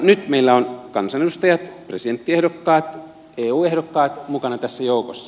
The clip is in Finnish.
nyt meillä on kansanedustajat presidenttiehdokkaat eu ehdokkaat mukana tässä joukossa